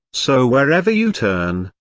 so wherever you turn,